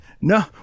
No